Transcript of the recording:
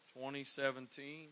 2017